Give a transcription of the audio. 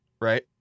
right